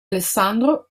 alessandro